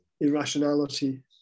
irrationality